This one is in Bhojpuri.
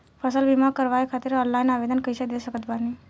फसल बीमा करवाए खातिर ऑनलाइन आवेदन कइसे दे सकत बानी?